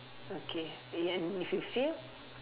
okay and if you fail